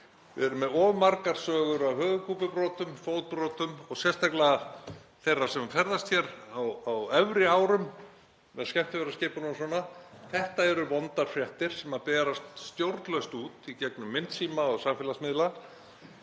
Við erum með of margar sögur af höfuðkúpubrotum og fótbrotum, sérstaklega þeirra sem ferðast hér á efri árum með skemmtiferðaskipunum og svona. Þetta eru vondar fréttir sem berast stjórnlaust út í gegnum myndsíma og samfélagsmiðla.